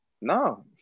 No